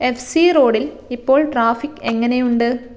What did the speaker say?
F സി റോഡിൽ ഇപ്പോൾ ട്രാഫിക് എങ്ങനെയുണ്ട്